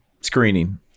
screening